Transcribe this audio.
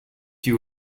you